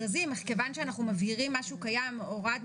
כמו שנאמר על ידי לא פעם אחת,